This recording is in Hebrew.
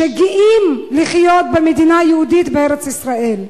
שגאים לחיות במדינה היהודית בארץ-ישראל,